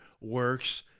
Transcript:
works